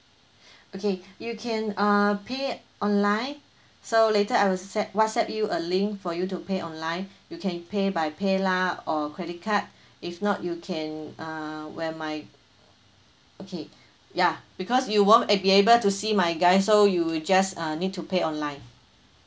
okay you can uh pay online so later I whatsapp whatsapp you a link for you to pay online you can pay by paylah or credit card if not you can err wear my okay yeah because you won't be able to see my guys so you'll just uh need to pay online